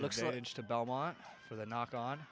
look strange to belmont for the knock on